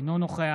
אינו נוכח